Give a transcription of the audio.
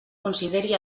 consideri